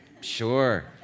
Sure